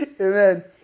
Amen